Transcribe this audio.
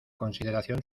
consideración